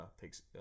takes